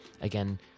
again